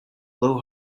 blow